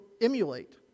emulate